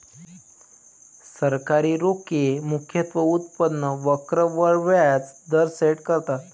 सरकारी रोखे मुख्यतः उत्पन्न वक्र वर व्याज दर सेट करतात